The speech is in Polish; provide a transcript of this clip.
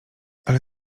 ale